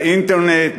באינטרנט,